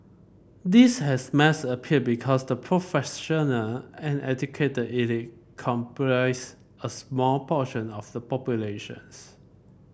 this has mass appeal because the professional and educated elite comprise a small portion of the populations